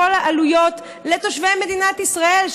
לתושבי מדינת ישראל,